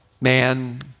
man